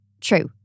true